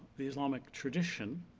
the islamic tradition,